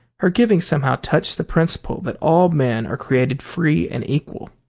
her giving somehow touched the principle that all men are created free and equal.